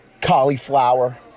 Cauliflower